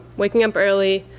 waking up early,